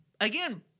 again